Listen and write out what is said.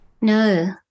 No